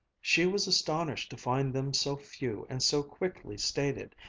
she was astonished to find them so few and so quickly stated,